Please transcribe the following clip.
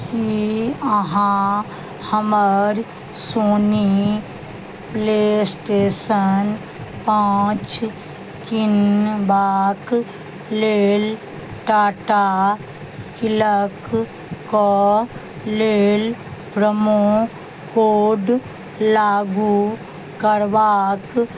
की अहाँ हमर Sony PlayStation पाँच किनबाक लेल टाटा क्लिक कऽ लेल प्रमो कोड लागू करबाक